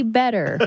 better